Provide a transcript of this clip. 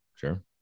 Sure